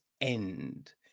end